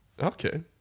Okay